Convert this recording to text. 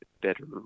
better